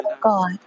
God